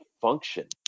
function